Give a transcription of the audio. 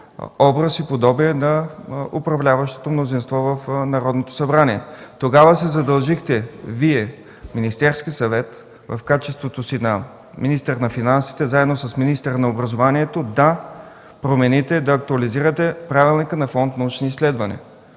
образ и подобие на управляващото мнозинство в Народното събрание. Тогава се задължихте Вие, Министерският съвет, в качеството си на министър на финансите, заедно с министъра на образованието да актуализирате Правилника на Фонд „Научни изследвания”.